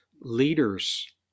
leaders